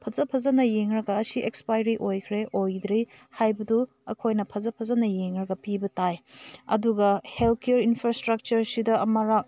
ꯐꯖ ꯐꯖꯅ ꯌꯦꯡꯂꯒ ꯑꯁꯤ ꯑꯦꯛꯁꯄꯥꯏꯔꯤ ꯑꯣꯏꯈ꯭ꯔꯦ ꯑꯣꯏꯗ꯭ꯔꯤ ꯍꯥꯏꯕꯗꯨ ꯑꯩꯈꯣꯏꯅ ꯐꯖ ꯐꯖꯅ ꯌꯦꯡꯂꯒ ꯄꯤꯕ ꯇꯥꯏ ꯑꯗꯨꯒ ꯍꯦꯜꯠꯀꯦꯌꯥꯔ ꯏꯟꯐ꯭ꯔꯥꯏꯁꯇ꯭ꯔꯛꯆꯔꯁꯤꯗ ꯑꯃꯔꯛ